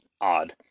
odd